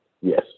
Yes